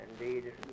indeed